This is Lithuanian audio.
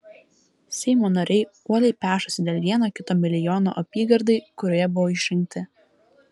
seimo nariai uoliai pešasi dėl vieno kito milijono apygardai kurioje buvo išrinkti